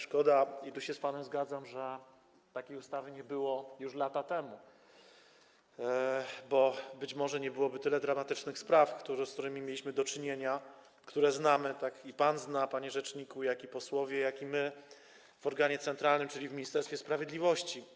Szkoda, i tu się z panem zgadzam, że takiej ustawy nie było już lata temu, bo być może nie byłoby tylu dramatycznych spraw, z którymi mieliśmy do czynienia, które znamy, tak pan zna, panie rzeczniku, znają posłowie, jak i znamy my w organie centralnym, czyli w Ministerstwie Sprawiedliwości.